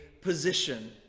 position